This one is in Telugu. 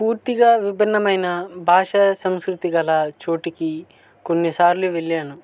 పూర్తిగా విభిన్నమైన భాష సంస్కృతిగల చోటుకి కొన్నిసార్లు వెళ్లాను